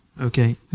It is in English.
okay